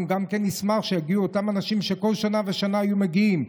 אנחנו נשמח שיגיעו גם אותם אנשים שבכל שנה ושנה היו מגיעים,